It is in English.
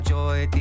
Joy